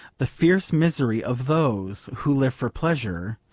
the fierce misery of those who live for pleasure,